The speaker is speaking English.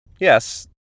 Yes